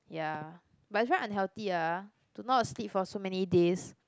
ya but is very unhealthy ah to not sleep for so many days